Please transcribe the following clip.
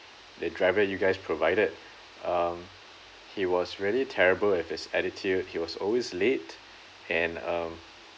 the driver you guys provided um he was really terrible with his attitude he was always late and um